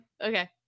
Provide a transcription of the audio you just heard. Okay